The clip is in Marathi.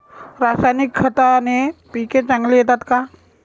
रासायनिक खताने पिके चांगली येतात का?